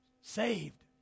Saved